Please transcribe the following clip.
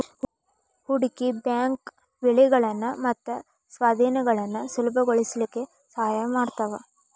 ಹೂಡ್ಕಿ ಬ್ಯಾಂಕು ವಿಲೇನಗಳನ್ನ ಮತ್ತ ಸ್ವಾಧೇನಗಳನ್ನ ಸುಲಭಗೊಳಸ್ಲಿಕ್ಕೆ ಸಹಾಯ ಮಾಡ್ತಾವ